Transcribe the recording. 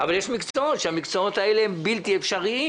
אבל יש מקצועות שהם בלתי אפשריים.